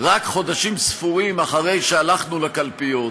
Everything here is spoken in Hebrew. רק חודשים ספורים אחרי שהלכנו לקלפיות,